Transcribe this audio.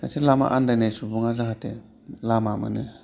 सासे लामा आन्दायनाय सुबुङा जाहाथे लामा मोनो